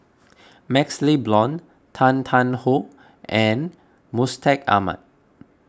MaxLe Blond Tan Tarn How and Mustaq Ahmad